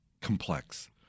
Complex